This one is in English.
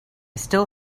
still